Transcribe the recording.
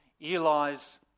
Eli's